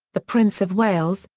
the prince of wales,